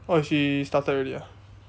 oh she started already ah